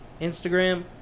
Instagram